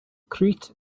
crete